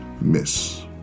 miss